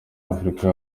africa